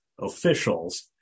officials